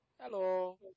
Hello